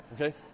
Okay